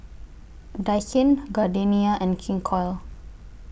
Daikin Gardenia and King Koil